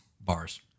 Bars